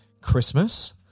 Christmas